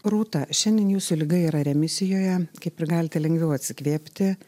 rūta šiandien jūsų liga yra remisijoje kaip ir galite lengviau atsikvėpti